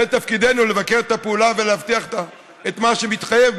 תפקידנו הוא לבקר את הפעולה ולהבטיח את מה שמתחייב